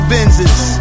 Benzes